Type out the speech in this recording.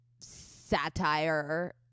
satire